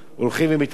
הולכים ומתרבים.